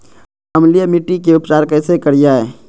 अम्लीय मिट्टी के उपचार कैसे करियाय?